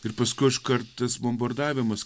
ir paskui iškart tas bombardavimas